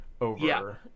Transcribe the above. over